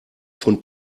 von